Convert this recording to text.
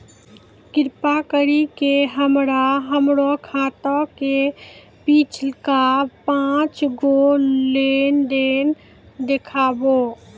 कृपा करि के हमरा हमरो खाता के पिछलका पांच गो लेन देन देखाबो